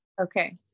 Okay